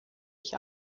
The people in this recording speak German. ich